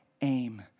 aim